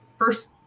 first